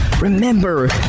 Remember